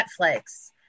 Netflix